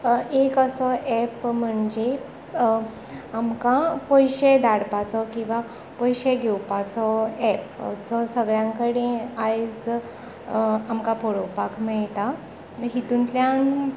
एक असो एप म्हणजे आमकां पयशे धाडपाचो किंवा पयशे घेवपाचो एप जो सगळ्यां कडेन आयज आमकां पळोवपाक मेळटा हितुंतल्यान